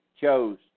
chose